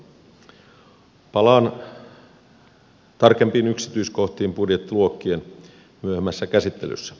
palaan tarkempiin yksityiskohtiin budjettiluokkien myöhemmässä käsittelyssä